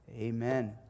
Amen